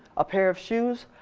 a pair of shoes,